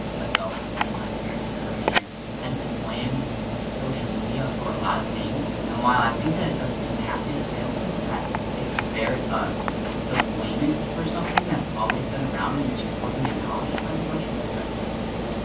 adults and my parents' generation tend to blame social media for a lot of things, and while i think that it does impact it, i don't think that it's fair to to blame it for something that's always been around, and it just wasn't acknowledged quite as much when you guys were in school,